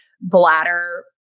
bladder